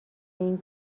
این